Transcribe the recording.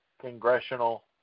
congressional